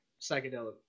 psychedelic